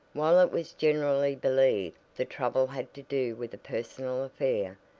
while it was generally believed the trouble had to do with a personal affair,